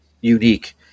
unique